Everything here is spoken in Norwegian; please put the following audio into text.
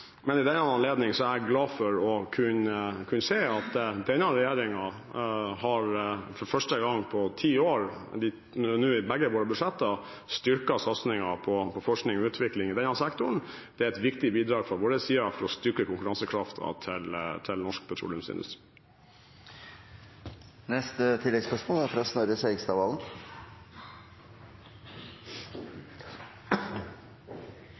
Men i den anledning er jeg glad for å kunne si at denne regjeringen har – det er første gang på ti år – i begge sine budsjetter styrket satsingen på forskning og utvikling i denne sektoren. Det er et viktig bidrag fra vår side for å styrke konkurransekraften til norsk petroleumsindustri. Snorre Serigstad Valen – til oppfølgingsspørsmål. Mitt spørsmål er